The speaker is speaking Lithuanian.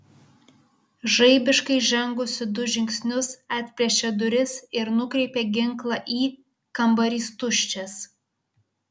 žaibiškai žengusi du žingsnius atplėšė duris ir nukreipė ginklą į kambarys tuščias